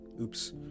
oops